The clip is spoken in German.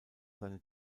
seine